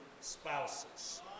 spouses